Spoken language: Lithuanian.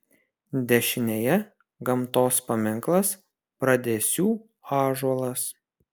dešinėje gamtos paminklas bradesių ąžuolas